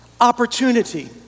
opportunity